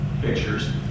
pictures